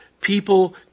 people